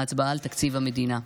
ההצבעה על תקציב המדינה,